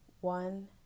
one